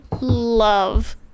love